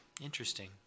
Interesting